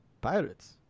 pirates